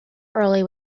early